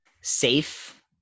safe